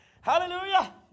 Hallelujah